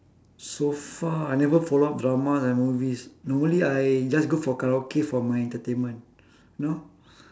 so far I never follow up drama and movies normally I just go for karaoke for my entertainment you know